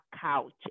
couch